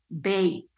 bake